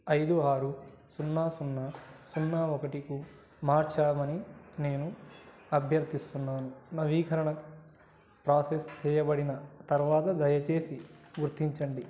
ఐదు ఆరు సున్నా సున్నా సున్నా ఒకటికు మార్చామని నేను అభ్యర్థిస్తున్నాను నవీకరణ ప్రాసెస్ చెయ్యబడిన తరువాత దయచేసి గుర్తించండి